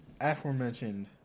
aforementioned